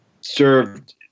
served